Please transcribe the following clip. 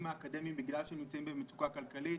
האקדמיים כי הם נמצאים במצוקה כלכלית.